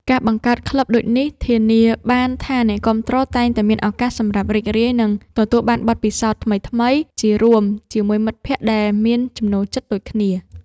ការបង្កើតក្លឹបដូចនេះ ធានាបានថាអ្នកគាំទ្រតែងតែមានឱកាសសម្រាប់រីករាយ និងទទួលបានបទពិសោធន៍ថ្មីៗជារួមជាមួយមិត្តភក្តិដែលមានចំណូលចិត្តដូចគ្នា។